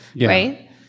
right